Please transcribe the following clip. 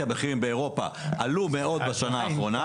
גם המחירים באירופה עלו מאוד בשנה האחרונה.